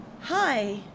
Hi